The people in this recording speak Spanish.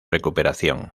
recuperación